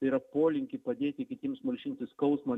tai yra polinkį padėti kitiems malšinti skausmą